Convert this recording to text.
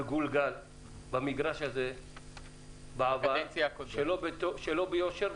וגולגל במגרש הזה בעבר שלא ביושר,